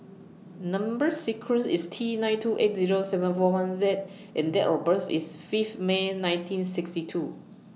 Number sequence IS T nine two eight Zero seven four one Z and Date of birth IS Fifth May nineteen sixty two